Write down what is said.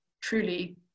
truly